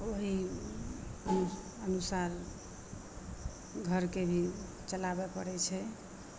ओहनी हमेशा घरके भी चलाबऽ पड़ै छै